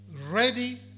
ready